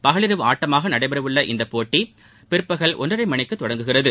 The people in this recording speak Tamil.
பகலிரவு ஆட்டமாகநடைபெறஉள்ள இப்போட்டிபிற்பகல் ஒன்றரைமணிக்குதொடங்குகிறது